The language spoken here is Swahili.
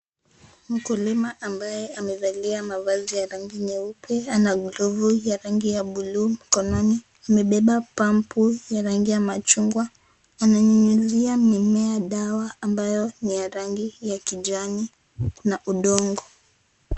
Mkulima ambaye amevalia mavazi ya rangi nyeupe, ana glovu ya rangi ya bluu, mkononi amebeba pampu ya rangi ya machungwa. Ananyunyizia mimea dawa ambayo ni ya rangi ya kijani na udongo.